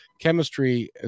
chemistry